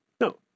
No